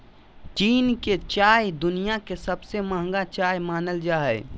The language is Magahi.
चीन के चाय दुनिया के सबसे महंगा चाय मानल जा हय